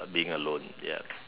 being alone yup